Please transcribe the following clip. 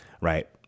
right